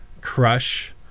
crush